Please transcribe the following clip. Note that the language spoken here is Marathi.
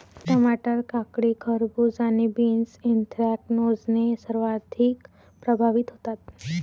टमाटर, काकडी, खरबूज आणि बीन्स ऍन्थ्रॅकनोजने सर्वाधिक प्रभावित होतात